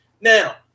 Now